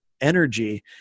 energy